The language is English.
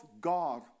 God